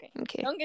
Okay